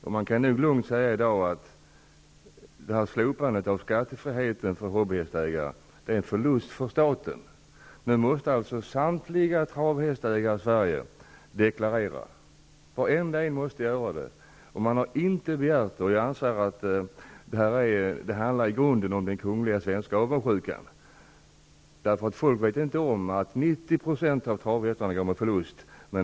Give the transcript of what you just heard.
I dag kan man lugnt säga att slopandet av skattefriheten för hobbyhästägare innebär en förlust för staten. Nu måste alltså samtliga travhästägare i Sverige deklarera, men de har inte begärt detta. Jag anser att detta i grunden handlar om den kungliga svenska avundssjukan. Folk vet nämligen inte om att 90 % av travhästarna går med förlust.